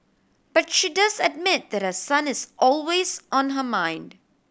but she does admit that her son is always on her mind